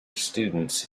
students